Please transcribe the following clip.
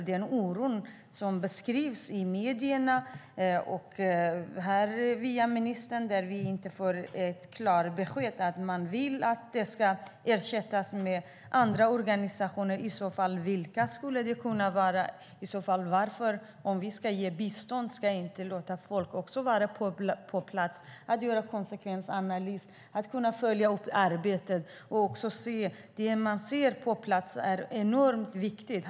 Denna oro beskrivs i medierna. Men här får vi inte ett klart besked från ministern om att man vill att det ska ersättas med andra organisationer. Vilka skulle det i så fall kunna vara? Om vi ska ge bistånd men inte låta folk vara på plats måste det göras konsekvensanalyser, och arbetet måste kunna följas upp. Det man ser på plats är enormt viktigt.